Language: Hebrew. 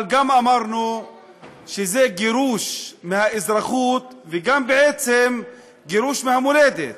אבל גם אמרנו שזה גירוש מהאזרחות וגם בעצם גירוש מהמולדת.